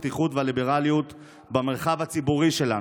הפתיחות והליברליות במרחב הציבורי שלנו.